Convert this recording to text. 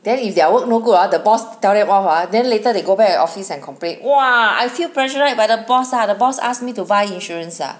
then if their work no good ah the boss tell them off ah then later they go to back office and complain !wah! I feel pressurized by the boss ah the boss asked me to buy insurance ah